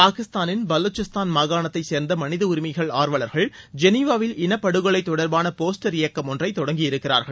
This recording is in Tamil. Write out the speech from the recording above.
பாகிஸ்தானின் பலுசிஸ்தான் மாகாணத்தைச் சேர்ந்த மனித உரிமைகள் ஆர்வலர்கள் ஜெனிவாவில் இனப்படுகொலை தொடர்பான போஸ்டர் இயக்கம் ஒன்றை தொடங்கியிருக்கிறார்கள்